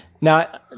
now